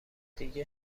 دیگه